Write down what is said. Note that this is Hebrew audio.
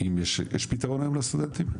יש פתרון היום לסטודנטים?